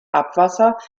abwasser